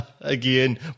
Again